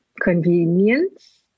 convenience